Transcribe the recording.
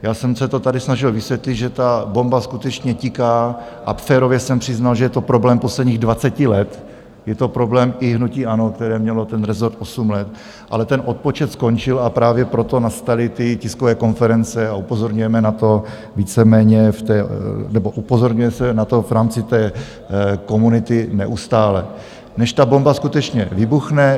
Já jsem se to tady snažil vysvětlit, že ta bomba skutečně tiká, a férově jsem přiznal, že je to problém posledních dvaceti let, je to problém i hnutí ANO, které mělo ten rezort osm let, ale ten odpočet skončil, a právě proto nastaly ty tiskové konference, a upozorňujeme na to víceméně nebo upozorňuje se na to v rámci té komunity neustále, než ta bomba skutečně vybuchne.